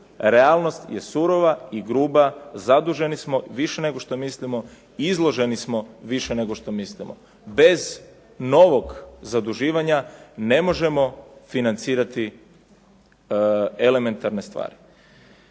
Realnost je surova i gruba. Zaduženi smo više nego što mislimo, izloženi smo više nego što mislimo. Bez novog zaduživanja ne možemo financirati elementarne stvari.